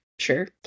sure